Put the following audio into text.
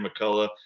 McCullough